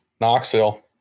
Knoxville